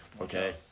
Okay